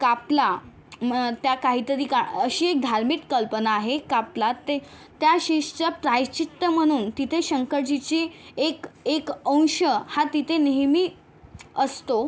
कापला त्या काहीतरी का अशी एक धार्मिक कल्पना आहे कापला ते त्या शीषचं प्रायश्चित्त म्हणून तिथे शंकरजीची एक एक अंश हा तिथे नेहमी असतो